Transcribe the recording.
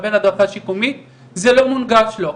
זה לא מונגש לו.